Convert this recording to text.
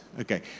Okay